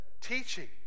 teaching